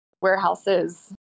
warehouses